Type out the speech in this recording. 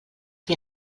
qui